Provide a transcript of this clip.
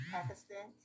Pakistan